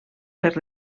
per